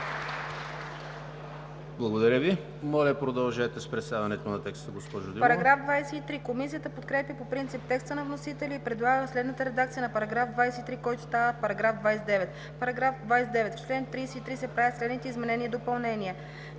Благодаря Ви. Моля, продължете с представянето на текста, госпожо Димова.